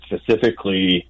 specifically